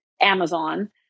Amazon